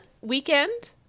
weekend